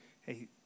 hey